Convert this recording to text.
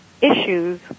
issues